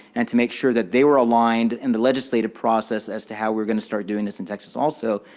and to make sure that they were aligned in the legislative process as to how we're going to start doing this in texas. also,